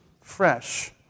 fresh